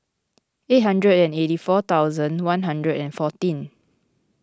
eight hundred and eighty four thousand one hundred and fourteen